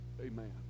amen